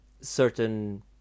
certain